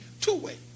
two-way